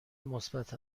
مثبت